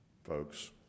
folks